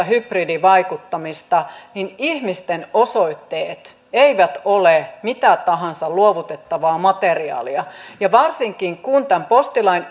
hybridivaikuttamista ihmisten osoitteet eivät ole mitä tahansa luovutettavaa materiaalia varsinkin kun postilain